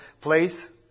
place